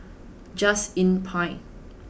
Just Inn Pine